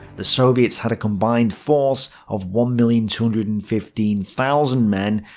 the soviets had a combined force of one million two hundred and fifteen thousand men,